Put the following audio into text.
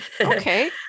Okay